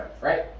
right